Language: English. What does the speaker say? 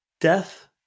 death